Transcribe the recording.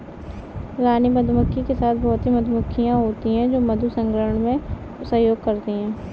रानी मधुमक्खी के साथ बहुत ही मधुमक्खियां होती हैं जो मधु संग्रहण में सहयोग करती हैं